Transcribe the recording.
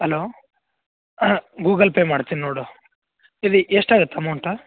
hello Google Pay ಮಾಡ್ತೀನಿ ನೋಡು ಇದು ಎಷ್ಟಾಗುತ್ತೆ ಅಮೌಂಟ